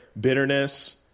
bitterness